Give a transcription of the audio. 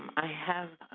i have